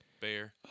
Bear